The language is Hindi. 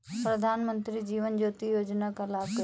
प्रधानमंत्री जीवन ज्योति योजना का लाभ कैसे लें?